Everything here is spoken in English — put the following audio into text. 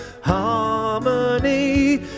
harmony